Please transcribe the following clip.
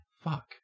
Fuck